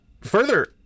further